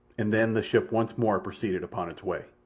and then the ship once more proceeded upon its way.